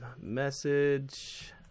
message